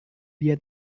dia